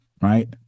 Right